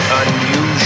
unusual